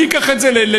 אני אקח את זה לישיבות,